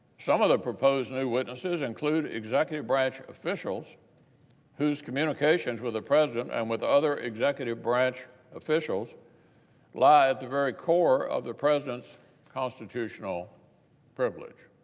some of the proposed new witnesses include executive branch officials whose communications with the president and with other executive branch officials lie at the very core of the president's constitutional privilege.